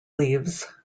leaves